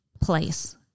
place